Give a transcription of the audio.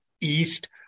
east